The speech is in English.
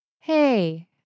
Hey